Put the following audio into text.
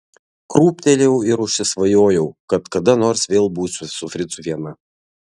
krūptelėjau ir užsisvajojau kad kada nors vėl būsiu su fricu viena